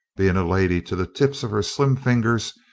being a lady to the tips of her slim fingers,